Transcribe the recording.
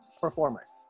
performers